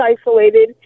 isolated